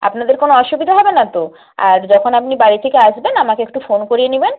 আপনাদের কোনো অসুবিধা হবে না তো আর যখন আপনি বাড়ি থেকে আসবেন আমাকে একটু ফোন করিয়ে নেবেন